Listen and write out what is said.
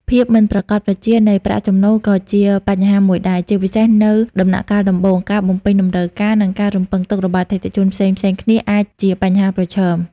ភាពមិនប្រាកដប្រជា នៃប្រាក់ចំណូលក៏ជាបញ្ហាមួយដែរ ជាពិសេសនៅដំណាក់កាលដំបូង។ ការ បំពេញតម្រូវការ និងការរំពឹងទុករបស់អតិថិជនផ្សេងៗគ្នា អាចជាបញ្ហាប្រឈម។